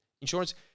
insurance